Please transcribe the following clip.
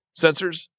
sensors